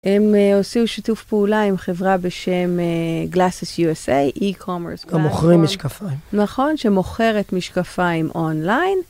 הם הוציאו שיתוף פעולה עם חברה בשם Glasses USA, e-commerce. המוכרים משקפיים. נכון, שמוכרת משקפיים אונליין.